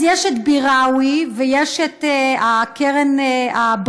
אז יש את ביראווי, ויש את הקרן הבריטית,